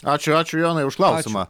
ačiū ačiū jonai už klausimą